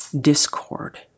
discord